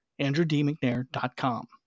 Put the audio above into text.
andrewdmcnair.com